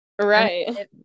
right